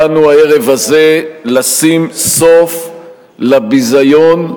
באנו הערב הזה לשים סוף לביזיון,